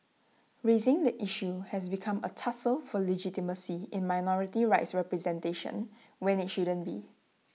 raising the issue has become A tussle for legitimacy in minority rights representation when IT shouldn't be